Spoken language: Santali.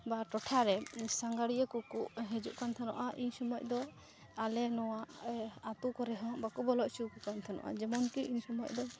ᱵᱟ ᱴᱚᱴᱷᱟᱨᱮ ᱥᱟᱸᱜᱷᱟᱨᱤᱭᱟᱹ ᱠᱚᱠᱚ ᱦᱟᱹᱡᱩᱜᱠᱟᱱ ᱛᱮᱦᱮᱱᱚᱜᱼᱟ ᱩᱱ ᱥᱚᱢᱚᱭᱫᱚ ᱟᱞᱮ ᱱᱚᱣᱟ ᱟᱛᱳ ᱠᱚᱨᱮᱦᱚᱸ ᱵᱟᱠᱚ ᱵᱚᱞᱚ ᱚᱪᱚᱣᱟᱠᱚ ᱠᱟᱱ ᱛᱮᱦᱮᱱᱚᱜᱼᱟ ᱡᱮᱢᱚᱱᱠᱤ ᱩᱱ ᱥᱚᱢᱚᱭ ᱫᱚ